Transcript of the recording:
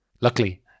Luckily